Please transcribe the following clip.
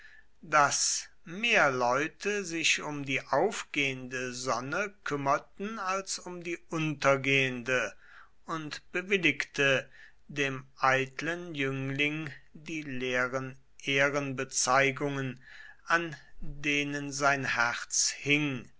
daß mehr leute sich um die aufgehende sonne kümmerten als um die untergehende und bewilligte dem eitlen jüngling die leeren ehrenbezeigungen an denen sein herz hing